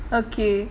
okay